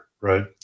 Right